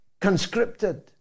conscripted